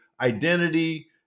identity